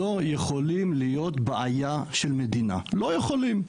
לא יכולים להיות בעיה של מדינה לא יכולים,